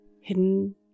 hidden